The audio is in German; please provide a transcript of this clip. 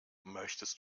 möchtest